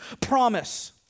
promise